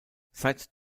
seit